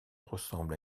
ressemble